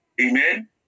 Amen